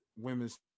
women's